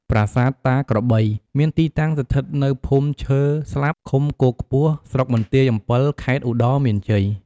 ប្រាសាទតាក្របី មានទីតាំងស្ថិតនៅភូមិឈើស្លាប់ ឃុំគោកខ្ពស់ ស្រុកបន្ទាយអំពិល ខេត្តឧត្តរមានជ័យ។